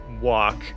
walk